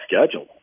schedule